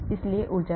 इसलिए ऊर्जा है